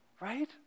Right